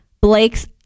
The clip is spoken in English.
Blake's